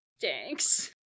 Thanks